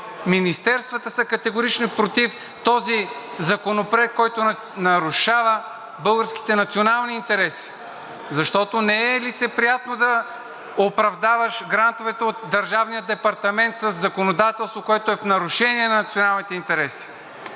министерствата са категорично против този законопроект, който нарушава българските национални интереси. Защото не е лицеприятно да оправдаваш грантовете от Държавния департамент със законодателство, което е в нарушение на националните интереси,